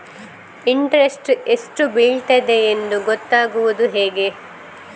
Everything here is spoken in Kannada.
ಇಂಟ್ರೆಸ್ಟ್ ಎಷ್ಟು ಬೀಳ್ತದೆಯೆಂದು ಗೊತ್ತಾಗೂದು ಹೇಗೆ?